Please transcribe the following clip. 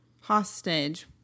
hostage